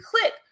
click